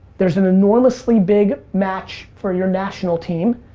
there's an enormously big match for your national team,